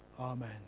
Amen